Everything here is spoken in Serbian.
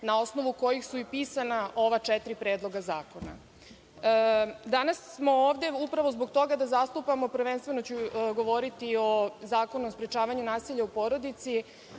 na osnovu i kojih su pisana ova četiri predloga zakona. Danas smo ovde upravo zbog toga da zastupamo, prvenstveno ću govoriti o Zakonu o sprečavanju nasilja u porodici,